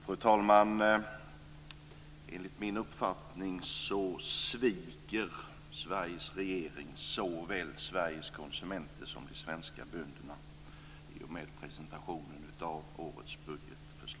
Fru talman! Enligt min uppfattning sviker Sveriges regering såväl Sveriges konsumenter som de svenska bönderna i och med presentationen av årets budgetförslag.